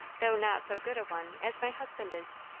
though not so good a one, as my husband is.